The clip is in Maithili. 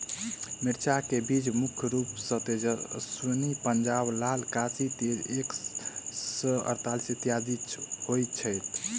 मिर्चा केँ बीज मुख्य रूप सँ तेजस्वनी, पंजाब लाल, काशी तेज एक सै अड़तालीस, इत्यादि होए छैथ?